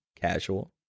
Casual